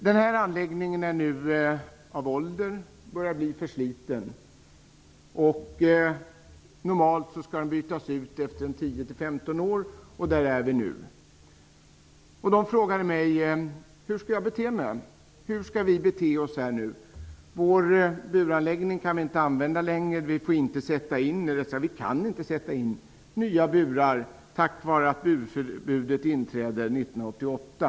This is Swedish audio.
Deras anläggning börjar nu bli gammal och försliten. Normalt skall sådana här anläggningar bytas ut efter tio femton år. Så många år har gått nu. De frågade mig hur de skall göra. De kan inte använda sin buranläggning längre. De får inte sätta in nya burar, eftersom burförbudet inträder 1998.